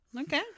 Okay